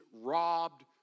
robbed